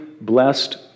blessed